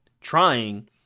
trying